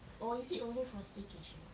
or is it only for staycation